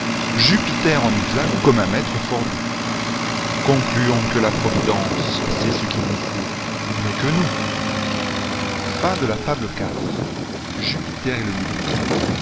jupiter en usa comme un maître fort doux concluons que la providence sait ce qu'il nous faut mieux que nous livre vr v le